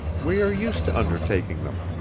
we are used to undertaking them.